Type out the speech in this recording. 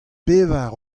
pevar